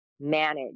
manage